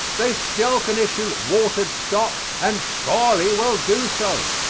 they still can issue watered stock and surely will do so.